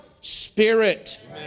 spirit